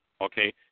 okay